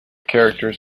characters